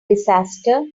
disaster